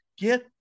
get